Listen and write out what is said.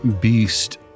beast